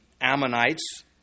Ammonites